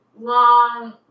long